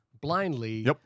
blindly